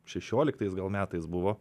šešioliktais gal metais buvo